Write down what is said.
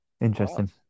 Interesting